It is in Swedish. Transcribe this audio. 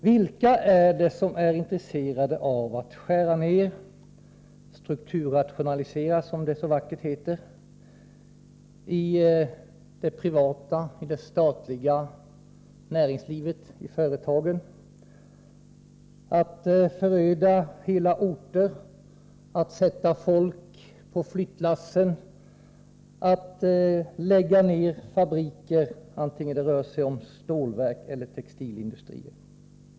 Vilka är det som är intresserade av att skära ned och strukturrationalisera, som det så vackert heter, i företag i det privata näringslivet och i det statliga näringslivet, att föröda hela orter, att sätta folk på flyttlassen och att lägga ned fabriker, antingen det rör sig om stålverk eller textilindustrier?